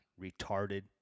retarded